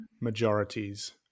majorities